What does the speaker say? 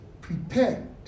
prepared